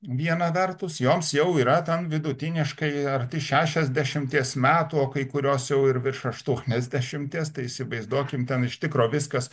viena vertus joms jau yra tam vidutiniškai arti šešiasdešimties metų o kai kurios jau ir virš aštuoniasdešimties tai įsivaizduokim ten iš tikro viskas